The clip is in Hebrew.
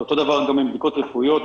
אותו דבר גם עם הבדיקות הרפואיות.